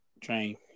train